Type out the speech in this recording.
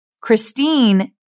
Christine